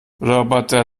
roboter